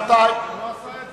סוף-סוף